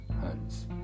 hands